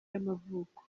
y’amavuko